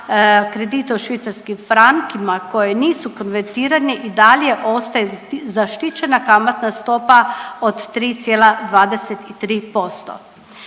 kredite u švicarskim frankima koje nisu konvertirani i dalje ostaje zaštićena kamatna stopa od 3,23%.